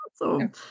awesome